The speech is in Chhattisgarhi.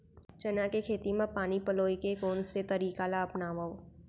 चना के खेती म पानी पलोय के कोन से तरीका ला अपनावव?